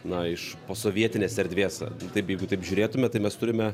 na iš posovietinės erdvės taip jeigu taip žiūrėtume tai mes turime